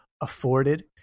afforded